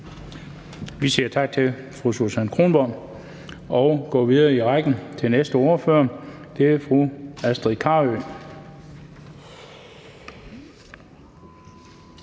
Vi siger tak til fru Susan Kronborg og går videre i rækken til næste ordfører. Det er fru Astrid Carøe,